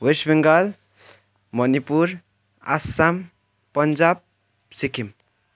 West Bengal Manipur Assam Punjab Sikkim